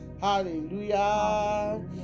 Hallelujah